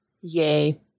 Yay